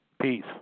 Peace